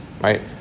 right